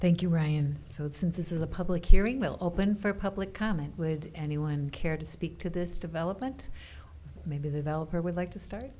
thank you ryan so since this is a public hearing we'll open for public comment would anyone care to speak to this development maybe developer would like to start